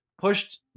pushed